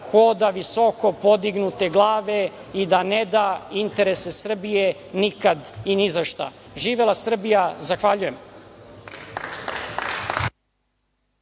hoda visoko podignute glave i da neda interese Srbije nikad i ni za šta. Živela Srbija! Zahvaljujem.